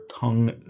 tongue